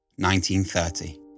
1930